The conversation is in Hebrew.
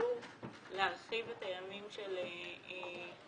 שתשקלו להרחיב את הימים של הניתוחים.